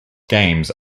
games